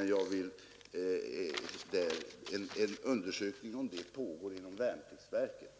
En undersökning om det pågår inom värnpliktsverket,